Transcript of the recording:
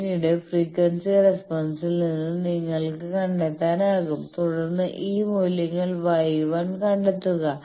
പിന്നീട് ഫ്രീക്വൻസി റെസ്പോൺസിൽ നിന്ന് നിങ്ങൾക്ക് കണ്ടെത്താനാകും തുടർന്ന് ഈ മൂല്യങ്ങൾ Y 1 കണ്ടെത്തുക